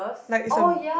like is a